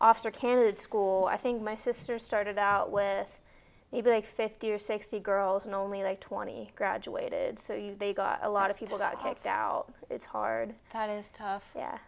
officer candidate school i think my sister started out with even like fifty or sixty girls in only like twenty graduated so they got a lot of people got kicked out it's hard that is tough